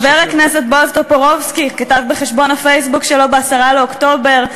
חבר הכנסת בועז טופורובסקי כתב בחשבון הפייסבוק שלו ב-10 באוקטובר,